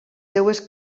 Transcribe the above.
seves